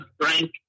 Frank